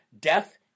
death